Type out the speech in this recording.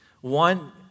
One